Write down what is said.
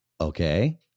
Okay